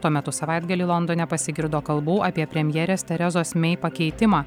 tuo metu savaitgalį londone pasigirdo kalbų apie premjerės terezos mei pakeitimą